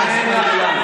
חברת הכנסת מאי גולן,